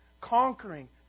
conquering